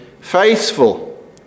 faithful